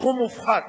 בסכום מופחת.